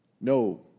No